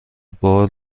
بار